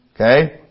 Okay